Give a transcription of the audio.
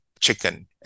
chicken